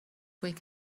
week